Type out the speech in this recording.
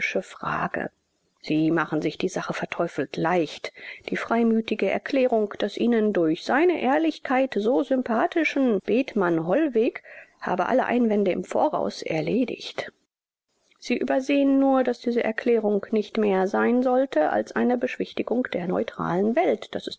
frage sie machen sich die sache verteufelt leicht die freimütige erklärung des ihnen durch seine ehrlichkeit so sympathischen bethmann-hollweg habe alle einwände im voraus erledigt sie übersehen nur daß diese erklärung nicht mehr sein sollte als eine beschwichtigung der neutralen welt das